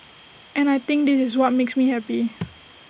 and I think this is what makes me happy